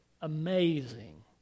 amazing